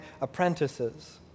apprentices